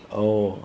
oh